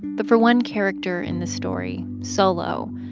but for one character in the story, solo,